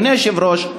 אדוני היושב-ראש,